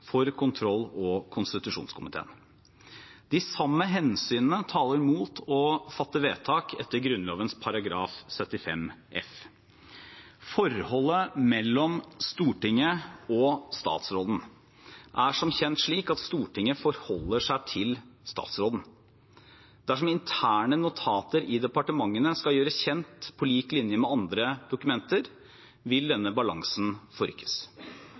for kontroll- og konstitusjonskomiteen. De samme hensynene taler mot å fatte vedtak etter Grunnloven § 75 f. Forholdet mellom Stortinget og statsråden er som kjent slik at Stortinget forholder seg til statsråden. Dersom interne notater i departementene skal gjøres kjent på lik linje med andre dokumenter, vil denne balansen forrykkes.